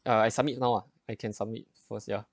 I submit now ah I can submit first ya